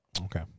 Okay